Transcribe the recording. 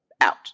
out